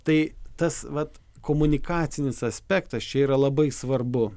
tai tas vat komunikacinis aspektas čia yra labai svarbu